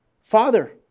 father